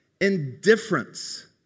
Indifference